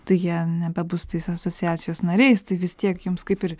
tai jie nebebus tais asociacijos nariais tai vis tiek jums kaip ir